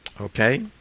okay